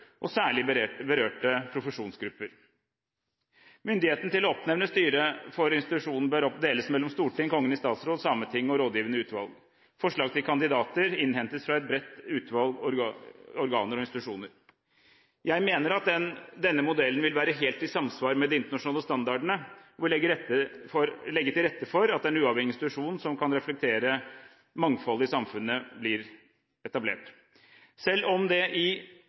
og særlig berørte profesjonsgrupper. Myndigheten til å oppnevne styre for institusjonen bør deles mellom Stortinget, Kongen i statsråd, Sametinget og rådgivende utvalg. Forslag til kandidater innhentes fra et bredt utvalg organer og institusjoner. Jeg mener at denne modellen vil være helt i samsvar med de internasjonale standardene og vil legge til rette for at en uavhengig institusjon, som kan reflektere mangfoldet i samfunnet, blir etablert. Selv om det i